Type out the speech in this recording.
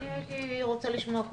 אני הייתי רוצה לשמוע.